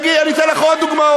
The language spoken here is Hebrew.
אני אתן לך עוד דוגמאות.